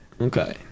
Okay